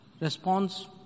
response